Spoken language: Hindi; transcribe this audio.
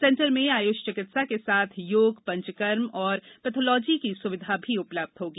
सेंटर में आयुष चिकित्सा के साथ योग पंचकर्म एवं पैथालॉजी की सुविधाएँ भी उपलब्ध होगी